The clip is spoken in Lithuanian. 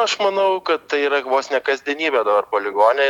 aš manau kad tai yra vos ne kasdienybė dabar poligone